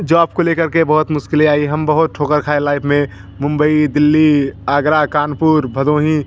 job को ले कर के बहुत मुश्किलें आई हम बहुत ठोकर खाए लाइफ में मुम्बई दिल्ली आगरा कानपुर भदोही